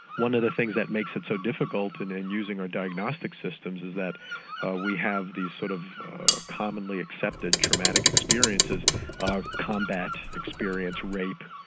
one of the things that makes it so difficult and in using our diagnostic systems is that we have these sort of commonly accepted traumatic experiences combat experience, rape,